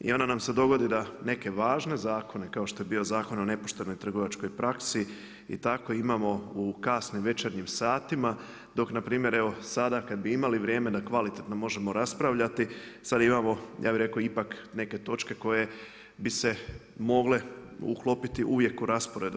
I onda nam se dogodi da neke važne zakone kao što je bio Zakon o nepoštenoj trgovačkoj praksi i tako imamo u kasnim večernjim satima, dok na primjer evo sada kad bi imali vrijeme da kvalitetno možemo raspravljati, sad imamo ja bih rekao ipak neke točke koje bi se mogle uklopiti uvijek u raspored.